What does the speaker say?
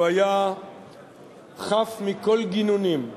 הוא היה חף מכל גינונים.